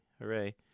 hooray